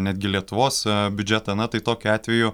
netgi lietuvos biudžetą na tai tokiu atveju